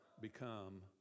become